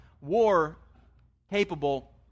war-capable